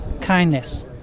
kindness